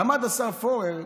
עמד השר פורר,